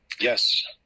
Yes